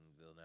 now